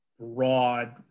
broad